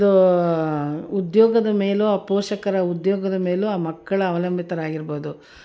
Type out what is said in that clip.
ಒಂದು ಉದ್ಯೋಗದ ಮೇಲೂ ಆ ಪೋಷಕರ ಉದ್ಯೋಗದ ಮೇಲೂ ಆ ಮಕ್ಕಳು ಅವಲಂಬಿತರಾಗಿ ಇರ್ಬೋದು ಮಕ್ಕಳು